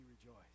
rejoice